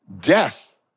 death